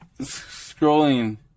scrolling